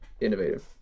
innovative